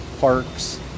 parks